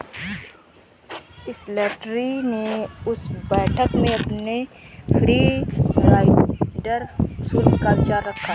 Slattery ने उस बैठक में अपने फ्री राइडर शुल्क का विचार रखा